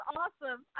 awesome